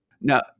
Now